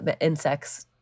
Insects